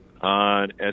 on